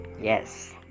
Yes